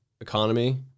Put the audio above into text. economy